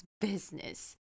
business